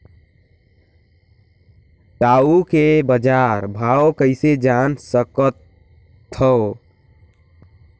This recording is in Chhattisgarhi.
टाऊ के बजार भाव कइसे जान सकथव?